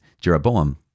Jeroboam